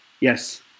Yes